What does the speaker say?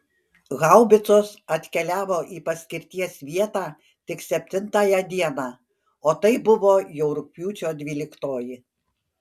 haubicos atkeliavo į paskirties vietą tik septintąją dieną o tai buvo jau rugpjūčio dvyliktoji